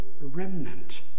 remnant